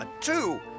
two